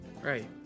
Right